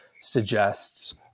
suggests